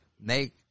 make